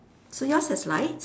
so yours has light